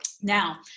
Now